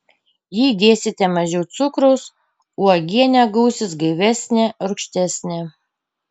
jei dėsite mažiau cukraus uogienė gausis gaivesnė rūgštesnė